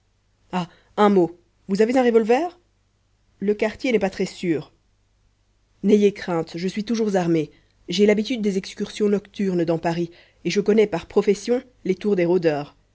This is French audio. un mot vous avez un revolver le quartier n'est pas très sûr n'ayez crainte je suis toujours armé j'ai l'habitude des excursions nocturnes dans paris et je connais par profession les tours des rôdeurs